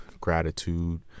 gratitude